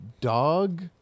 dog